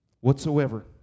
whatsoever